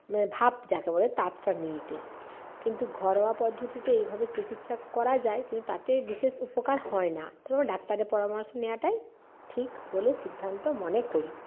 মানে ভাপ যাকে বলে তাতটা নিতে কিন্তু ঘরোয়া পদ্ধতিতে এইভাবে চিকিৎসা করা যায় কিন্তু তাতে বিশেষ উপকার হয় না কোনো ডাক্তারের পরামর্শ নেওয়াটাই ঠিক বলে সিদ্ধান্ত মনে করি